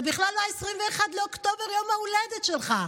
זה בכלל לא 21 באוקטובר, יום ההולדת שלך.